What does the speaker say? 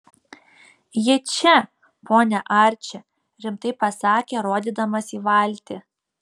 ji čia pone arči rimtai pasakė rodydamas į valtį